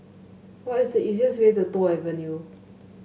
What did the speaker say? what is the easiest way to Toh Avenue